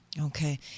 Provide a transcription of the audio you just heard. Okay